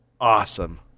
awesome